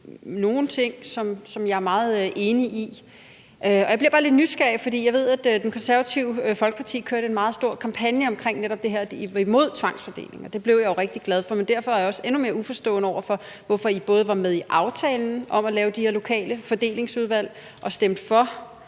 nogle ting, som jeg er meget enig i. Jeg bliver bare lidt nysgerrig, fordi jeg ved, at Det Konservative Folkeparti kørte en meget stor kampagne omkring netop det her, altså imod tvangsfordeling. Det blev jeg jo rigtig glad for, men derfor er jeg også endnu mere uforstående over for, hvorfor I både var med i aftalen om at lave de her lokale fordelingsudvalg og stemte for